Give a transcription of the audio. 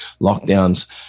lockdowns